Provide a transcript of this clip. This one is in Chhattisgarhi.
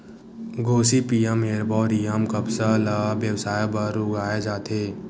गोसिपीयम एरबॉरियम कपसा ल बेवसाय बर उगाए जाथे